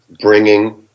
bringing